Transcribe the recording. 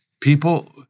people